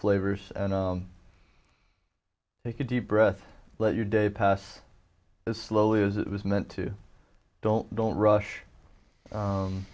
flavors and take a deep breath let your day pass as slowly as it was meant to don't don't rush